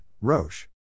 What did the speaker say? Roche